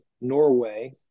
Norway